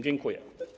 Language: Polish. Dziękuję.